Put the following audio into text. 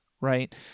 right